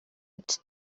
ati